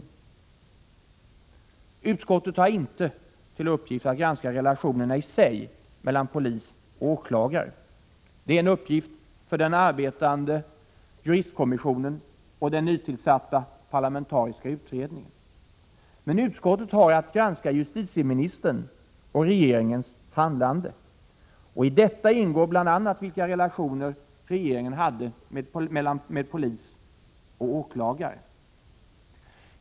Ne Utskottet har ine till uppgift att granska reaktionerna sig mellan polis och Regeringens åtgärder åklagare. Det är en uppgift för den arbetande juristkommissionen och den medanledhning av nytillsatta parlamentariska utredningen. Men utskottet har att granska - östideriini h 3 hrdladd öd faårbl il mordet på statsminister justitieministerns och regeringens handlande, och i detta ingår bl.a. vilka Olof Palme relationer regeringen hade med polis och åklagare.